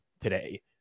today